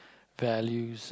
values